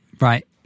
Right